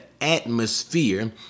atmosphere